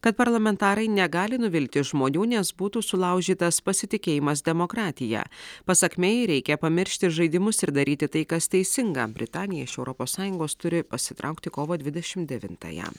kad parlamentarai negali nuvilti žmonių nes būtų sulaužytas pasitikėjimas demokratija pasak mei reikia pamiršti žaidimus ir daryti tai kas teisinga britanija iš europos sąjungos turi pasitraukti kovo dvidešim devintąją